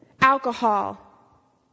Alcohol